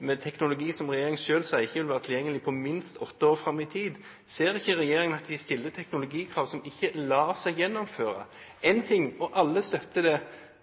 med en teknologi som regjeringen selv sier ikke vil være tilgjengelig på minst åtte år fram i tid? Ser ikke regjeringen at de stiller teknologikrav som ikke lar seg gjennomføre? Én ting – og alle